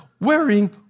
wearing